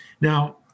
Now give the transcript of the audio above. Now